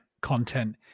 content